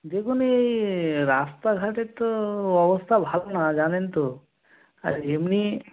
দেখুন এই রাস্তাঘাটের তো অবস্থা ভালো না জানেন তো আর এমনি